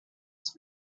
els